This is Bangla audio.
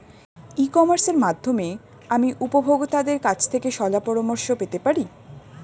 ই কমার্সের মাধ্যমে আমি উপভোগতাদের কাছ থেকে শলাপরামর্শ পেতে পারি?